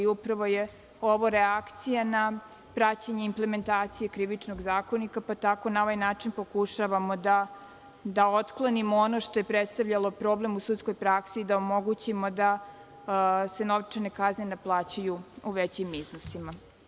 Upravo je ovo reakcija na praćenje implementacije Krivičnog zakonika, pa tako na ovaj način pokušavamo da otklonimo ono što je predstavljalo problem u sudskoj praksi, da omogućimo da se novčane kazne ne plaćaju u većim iznosima.